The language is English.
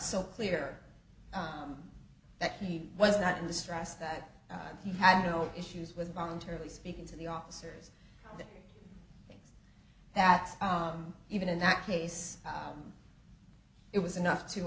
so clear that he was not in the stress that you had no issues with voluntarily speaking to the officers that even in that case it was enough to